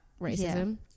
racism